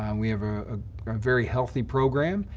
um we have a ah very healthy program,